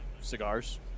cigars